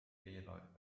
eelarve